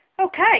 Okay